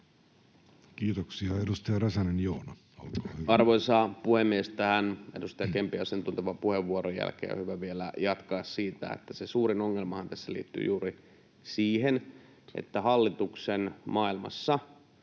muuttamisesta Time: 23:42 Content: Arvoisa puhemies! Edustaja Kempin asiantuntevan puheenvuoron jälkeen on hyvä vielä jatkaa siitä, että se suurin ongelmahan tässä liittyy juuri siihen, että hallituksen maailmassa